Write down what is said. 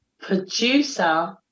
producer